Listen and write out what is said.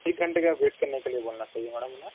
ایک گھنٹے کا ویٹ کرنے کے لیے بولنا چاہیے میڈم انہیں